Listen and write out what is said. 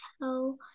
tell